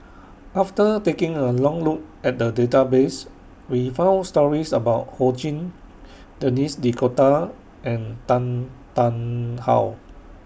after taking A Look At The Database We found stories about Ho Ching Denis D'Cotta and Tan Tarn How